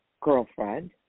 girlfriend